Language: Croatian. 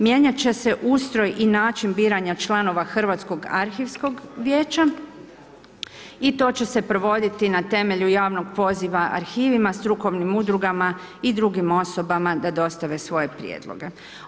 Mijenjat će se ustroj i način biranja članova Hrvatskog arhivskog vijeća i to će se provoditi na temelju javnog poziva arhivima, strukovnim udrugama i drugim osobama da dostave svoje prijedloge.